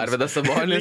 arvydas sabonis